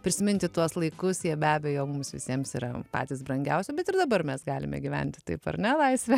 prisiminti tuos laikus jie be abejo mums visiems yra patys brangiausi bet ir dabar mes galime gyventi taip ar ne laisve